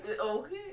Okay